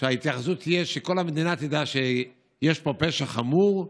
ההתייחסות צריכה להיות כזו שכל המדינה תדע שיש פה פשע חמור.